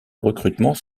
recrutement